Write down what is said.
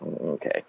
okay